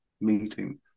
meeting